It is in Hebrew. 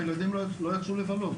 שהילדים לא יצאו לבלות,